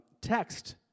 text